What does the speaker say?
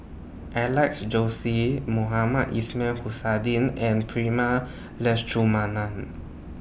Alex Josey Mohamed Ismail and Prema Letchumanan